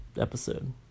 episode